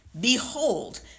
Behold